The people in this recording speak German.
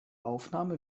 aufnahme